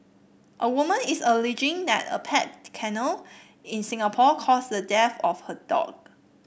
a woman is alleging that a pet kennel in Singapore caused the death of her dog